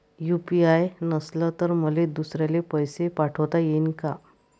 UPI नसल तर मले दुसऱ्याले पैसे पाठोता येईन का?